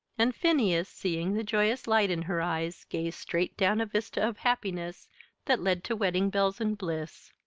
and phineas, seeing the joyous light in her eyes, gazed straight down a vista of happiness that led to wedding bells and bliss.